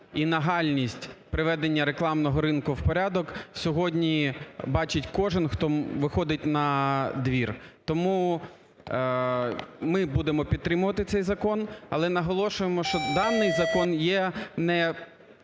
і нагальність приведення рекламного ринку в порядок сьогодні бачить кожен, хто виходить на двір. Тому ми будемо підтримувати цей закон. Але наголошуємо, що даний закон є